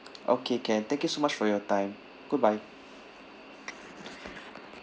okay can thank you so much for your time goodbye